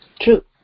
True